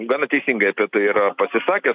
gana teisingai apie tai yra pasisakęs